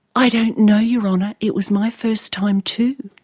i don't know, your honour, it was my first time too.